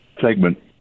segment